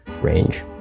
range